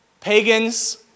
pagans